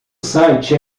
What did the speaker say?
site